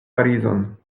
parizon